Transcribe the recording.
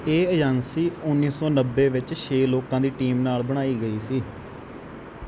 ਇਹ ਏਜੰਸੀ ਉੱਨੀ ਸੌ ਨੱਬੇ ਵਿੱਚ ਛੇ ਲੋਕਾਂ ਦੀ ਟੀਮ ਨਾਲ ਬਣਾਈ ਗਈ ਸੀ